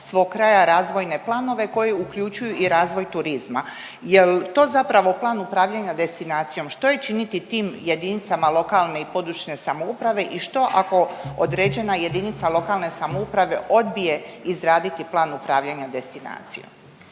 svog kraja, razvojne planove koji uključuju i razvoj turizma. Jel to zapravo plan upravljanja destinacijom? Što je činiti tim JLPS i što ako određena JLS odbije izraditi plan upravljanja destinacijom?